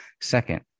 Second